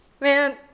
Man